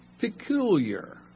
Peculiar